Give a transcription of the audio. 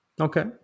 Okay